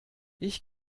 ich